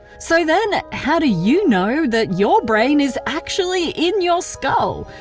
so then, how do you know that your brain is actually in your skull,